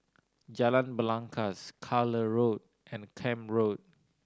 Jalan Belangkas Carlisle Road and Camp Road